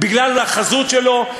בגלל החזות שלו,